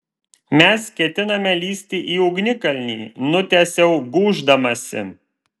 mes ketiname lįsti į ugnikalnį nutęsiau gūždamasi